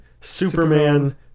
superman